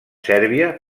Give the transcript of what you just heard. sèrbia